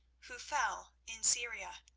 who fell in syria.